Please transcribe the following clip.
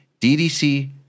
DDC